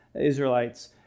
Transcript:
Israelites